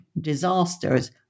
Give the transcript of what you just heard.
disasters